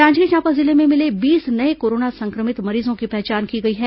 जांजगीर चांपा जिले में मिले बीस नये कोरोना संक्रमित मरीजों की पहचान की गई है